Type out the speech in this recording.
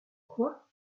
quoi